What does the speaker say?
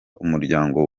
umuryango